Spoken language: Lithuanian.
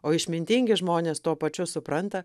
o išmintingi žmonės tuo pačiu supranta